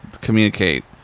communicate